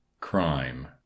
Crime